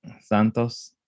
santos